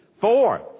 Four